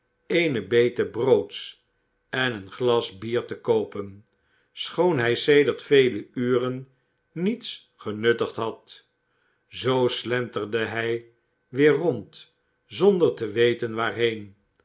eene bete broods en een glas bier te koopen schoon hij sedert vele uren niets genut igd had zoo slenterde hij weer rond zonder te weten waarheea